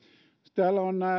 täällä on